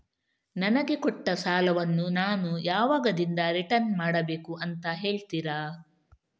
ನನಗೆ ಕೊಟ್ಟ ಸಾಲವನ್ನು ನಾನು ಯಾವಾಗದಿಂದ ರಿಟರ್ನ್ ಮಾಡಬೇಕು ಅಂತ ಹೇಳ್ತೀರಾ?